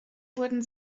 wurden